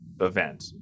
event